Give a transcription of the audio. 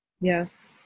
Yes